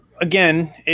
Again